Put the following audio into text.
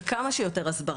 וכמה שיותר הסברה,